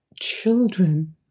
Children